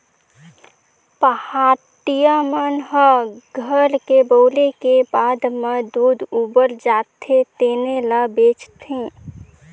पहाटिया मन ह घर के बउरे के बाद म दूद उबर जाथे तेने ल बेंचथे